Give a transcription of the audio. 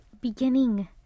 beginning